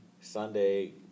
Sunday